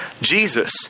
Jesus